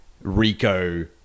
Rico